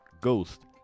Ghost